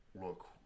look